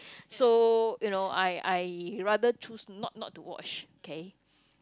so you know I I rather choose not not to watch okay